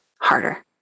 harder